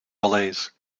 delays